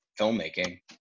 filmmaking